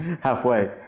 halfway